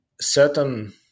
certain